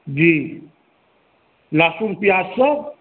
जी लहसुन प्याज सभ